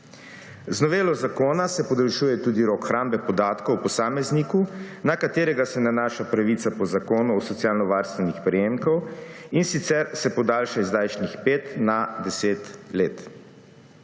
Z novelo zakona se podaljšuje tudi rok hrambe podatkov o posamezniku, na katerega se nanaša pravica po Zakonu o socialno varstvenih prejemkih, in sicer se podaljša z zdajšnjih pet na 10 let.